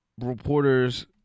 reporters